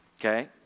Okay